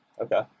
Okay